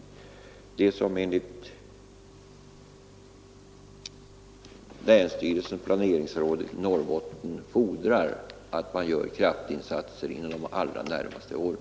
Planeringsrådet vid länsstyrelsen i Norrbotten har ju tydligt sagt ut att det fordras att man gör denna kraftinsats under de allra närmaste åren.